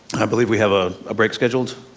i believe we have a break scheduled.